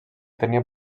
tenia